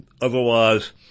otherwise